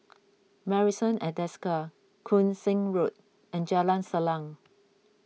Marrison at Desker Koon Seng Road and Jalan Salang